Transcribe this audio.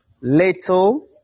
little